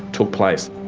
took place.